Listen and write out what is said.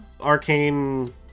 arcane